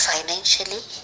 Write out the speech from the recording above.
Financially